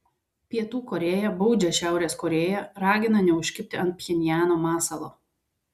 pietų korėja baudžia šiaurės korėją ragina neužkibti ant pchenjano masalo